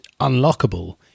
unlockable